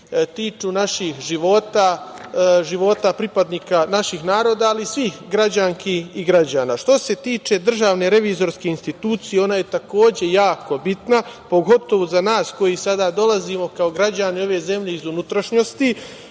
tiču naših života, života pripadnika naših naroda, ali i svih građanki i građana. Što se tiče DRI, ona je takođe jako bitna, pogotovo za nas koji sada dolazimo kao građani ove zemlje iz unutrašnjosti,